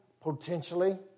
potentially